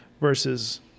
versus